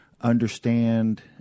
understand